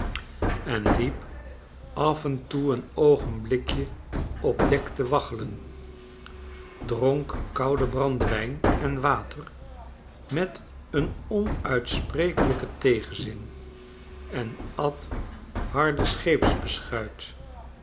en liep af en toe een oogenblikje op dek te waggelen dronk kouden brandewijn en water met een onuitsprekelijken tegenzin en at